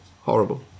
horrible